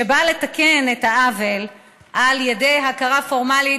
שבא לתקן את העוול על ידי הכרה פורמלית